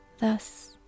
thus